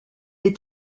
est